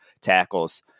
tackles